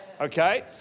Okay